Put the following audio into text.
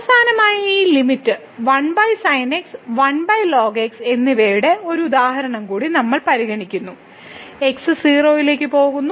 അവസാനമായി ഈ limit 1sinx 1lnx എന്നിവയുടെ ഒരു ഉദാഹരണം കൂടി നമ്മൾ പരിഗണിക്കുന്നു x 0 ലേക്ക് പോകുന്നു